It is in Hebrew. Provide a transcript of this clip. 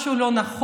משהו לא נכון,